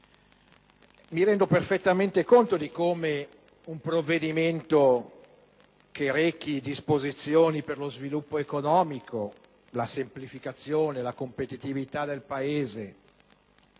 e del senatore Li Gotti - di come un provvedimento che rechi disposizioni per lo sviluppo economico, la semplificazione, la competitività del Paese,